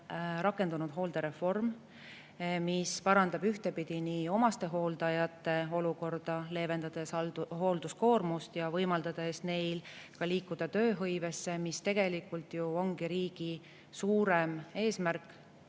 rakendunud hooldereform, mis parandab omastehooldajate olukorda, leevendades hoolduskoormust ja võimaldades neil liikuda ka tööhõivesse, mis tegelikult ju ongi riigi suurem eesmärk